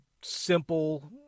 simple